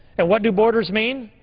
and what do borders mean?